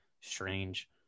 strange